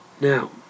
now